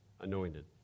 anointed